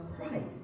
Christ